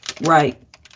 Right